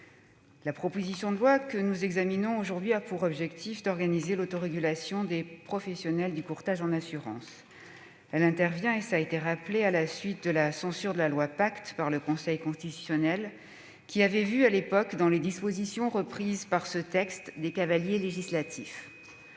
la proposition de loi que nous examinons a pour objectif d'organiser l'autorégulation des professionnels du courtage en assurances. Elle intervient à la suite de la censure de la loi Pacte par le Conseil constitutionnel, qui avait vu, à l'époque, dans les dispositions reprises par ce texte des cavaliers législatifs.